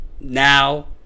now